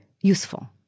useful